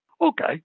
Okay